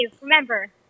remember